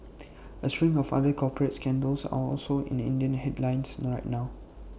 A string of other corporate scandals are also in Indian headlines right now